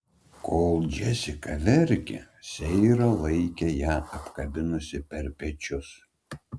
kol džesika verkė seira laikė ją apkabinusi per pečius